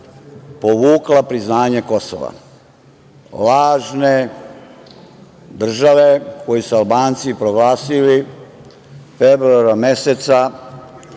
povukla priznanje Kosova, lažne države koju su Albanci proglasili februara meseca